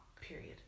Period